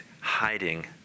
hiding